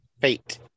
fate